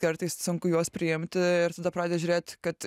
kartais sunku juos priimti ir tada pradedi žiūrėt kad